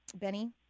Benny